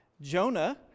Jonah